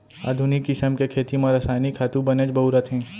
आधुनिक किसम के खेती म रसायनिक खातू बनेच बउरत हें